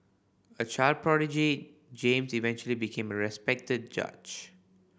a child prodigy James eventually became a respected judge